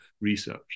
research